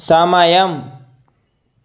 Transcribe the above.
సమయం